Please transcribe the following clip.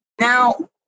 Now